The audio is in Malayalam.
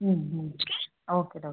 മ് മ് ഓക്കെ ഡോക്ടർ